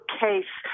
case